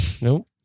Nope